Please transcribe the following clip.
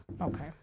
Okay